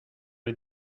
les